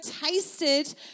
tasted